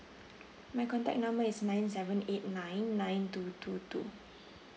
my contact number is nine seven eight nine nine two two two